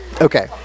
Okay